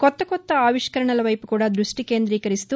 కొత్త కొత్త అవిష్కరణల వైపు కూడా దృష్టి కేంద్రీకరిస్తూ